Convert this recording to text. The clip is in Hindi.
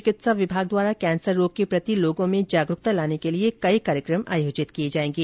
चिकित्सा विभाग द्वारा कैंसर रोग के प्रति लोगों में जागरूकता लाने के लिए कई कार्यक्रम आयोजित किए जाएंगे